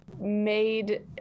made